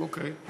אוקיי.